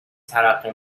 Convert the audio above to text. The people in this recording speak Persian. ترقه